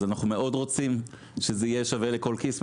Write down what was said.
אז אנחנו מאוד רוצים שזה יהיה שווה לכל כיס,